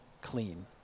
clean